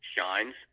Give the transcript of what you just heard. shines